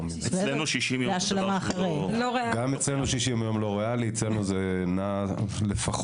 גם אצלנו 60 יום זה דבר שהוא לא ריאלי,